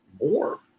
more